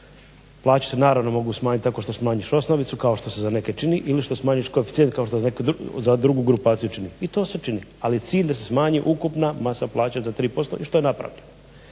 Plaće se naravno mogu smanjiti tako što smanjiš osnovicu kao što se za neke čini ili što smanjiš koeficijent kao za drugu grupaciju čini. I to se čini. Ali je cilj da se smanji ukupna masa plaće za 3% i što je napravljeno.